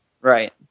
Right